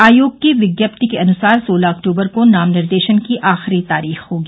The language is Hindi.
आयोग की विज्ञप्ति के अनुसार सोलह अक्टूबर को नाम निर्देशन की आखिरी तारीख होगी